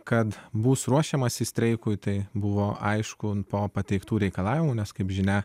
kad bus ruošiamasi streikui tai buvo aišku po pateiktų reikalavimų nes kaip žinia